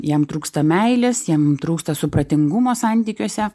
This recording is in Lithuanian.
jam trūksta meilės jam trūksta supratingumo santykiuose